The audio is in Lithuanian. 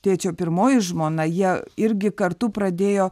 tėčio pirmoji žmona jie irgi kartu pradėjo